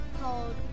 called